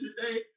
today